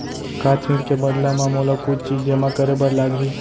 का ऋण के बदला म मोला कुछ चीज जेमा करे बर लागही?